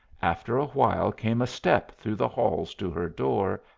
after a while came a step through the halls to her door,